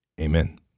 Amen